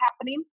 happening